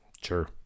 Sure